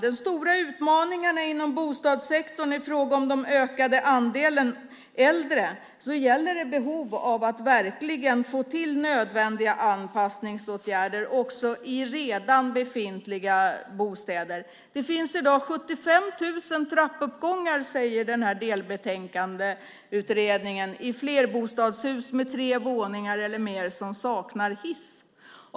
Den stora utmaningen inom bostadssektorn i fråga om den ökade andelen äldre är behovet av att verkligen få till nödvändiga anpassningsåtgärder, också i befintliga bostäder. Det finns i dag 75 000 trappuppgångar, säger utredningen i sitt delbetänkande, i flerbostadshus med tre våningar eller mer som saknar hiss.